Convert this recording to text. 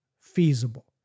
feasible